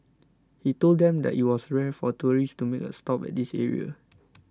he told them that it was rare for tourists to make a stop at this area